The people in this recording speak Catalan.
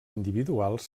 individuals